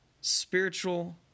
spiritual